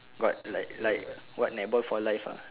got like like what netball for life uh